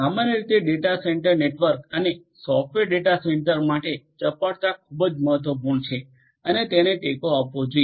સામાન્ય રીતે data centre network અને સોફ્ટવેર ડેટા સેન્ટર માટે ચપળતા ખૂબ જ મહત્વપૂર્ણ છે અને તેને ટેકો આપવો જોઈએ